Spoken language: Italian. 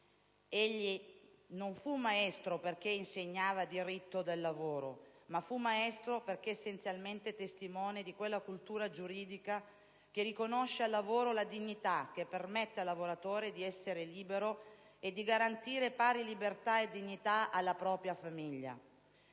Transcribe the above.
Egli non fu maestro perché insegnava diritto del lavoro, ma perché testimone di quella cultura giuridica che riconosce al lavoro la dignità che permette al lavoratore di essere libero e di garantire pari libertà e dignità alla propria famiglia.